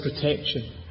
protection